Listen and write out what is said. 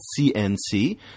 CNC